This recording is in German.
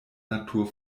natur